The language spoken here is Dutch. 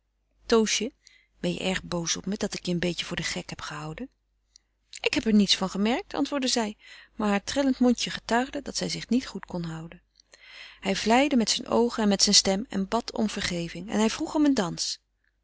toosje ben je erg boos op me dat ik je een beetje voor den gek heb gehouden ik heb er niets van gemerkt antwoordde zij maar haar trillend mondje getuigde dat zij zich niet goed kon houden hij vleide met zijn oogen en met zijne stem en bad om vergeving en hij vroeg om een dans